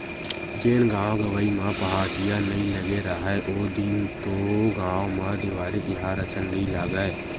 जेन गाँव गंवई म पहाटिया नइ लगे राहय ओ दिन तो गाँव म देवारी तिहार असन नइ लगय,